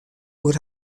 oer